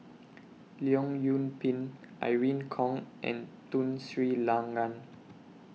Leong Yoon Pin Irene Khong and Tun Sri Lanang